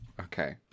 Okay